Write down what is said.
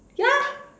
ya